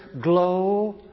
Glow